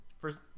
first